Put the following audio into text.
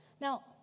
Now